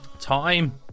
Time